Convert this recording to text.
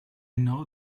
know